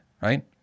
right